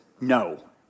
no